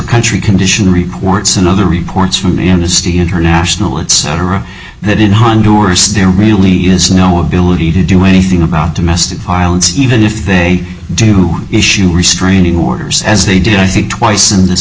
country condition reports and other reports from amnesty international it cetera that in honduras there really is no ability to do anything about domestic violence even if they do issue a restraining orders as they did i think twice in this